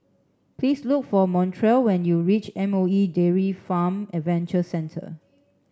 please look for Montrell when you reach M O E Dairy Farm Adventure Centre